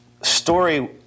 story